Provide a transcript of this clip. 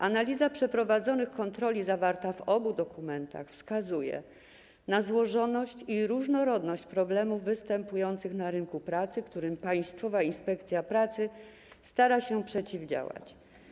Analiza przeprowadzonych kontroli zawarta w obu dokumentach wskazuje na złożoność i różnorodność problemów występujących na rynku pracy, którym Państwowa Inspekcja Pracy stara się przeciwdziałać.